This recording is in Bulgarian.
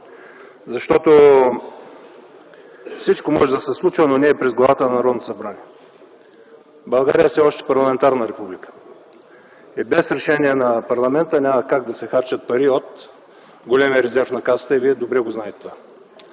Всичко може да се случва, но не и през главата на Народното събрание. България все още е парламентарна република. Без решение на парламента няма как да се харчат пари от големия резерв на Касата и вие добре го знаете.